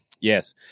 Yes